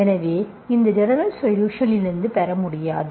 எனவே இந்த general solution லிருந்து பெற முடியாது